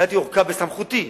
התרתי ארכה בסמכותי